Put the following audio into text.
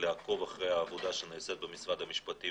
לעקוב אחרי העבודה שנעשית במשרד המשפטים